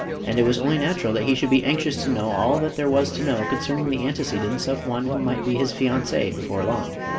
and it was only natural that he should be anxious to know all that there was to know concerning the antecedents of one who might be his fiancee before long.